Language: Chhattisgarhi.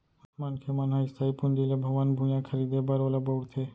मनखे मन ह इस्थाई पूंजी ले भवन, भुइयाँ खरीदें बर ओला बउरथे